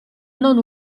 non